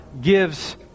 gives